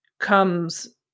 Comes